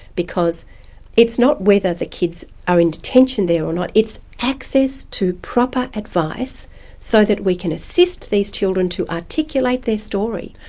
because it's not whether the kids are in detention there or not, it's access to proper advice so that we can assist these children to articulate their story.